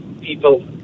people